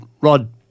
Rod